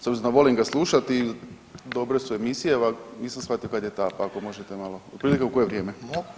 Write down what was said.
S obzirom da volim ga slušati, dobre su emisije, nisam shvatio kad je ta, pa ako možete malo, otprilike u koje vrijeme?